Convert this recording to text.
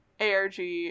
ARG